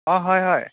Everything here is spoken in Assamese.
অঁ হয় হয়